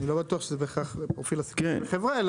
אני לא בטוח שזה בהכרח פרופיל הסיכון בחברה.